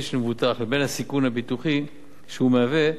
של מבוטח לבין הסיכון הביטוחי שהוא מהווה,